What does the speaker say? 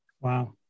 Wow